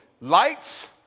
Lights